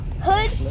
Hood